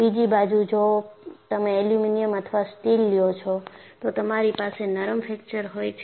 બીજી બાજુ જો તમે એલ્યુમિનિયમ અથવા સ્ટીલ લ્યો છો તો તમારી પાસે નરમ ફ્રેક્ચર હોય છે